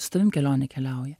su tavim kelionę keliauja